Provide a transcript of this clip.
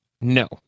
No